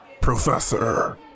Professor